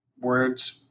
words